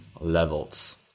levels